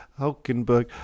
Hulkenberg